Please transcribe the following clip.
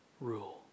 rule